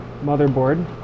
motherboard